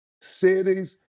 cities